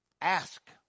ask